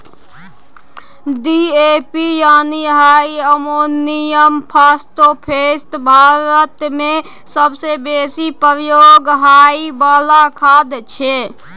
DAP यानी diammonium phosphate भारतमे सबसँ बेसी प्रयोग होइ बला खाद छै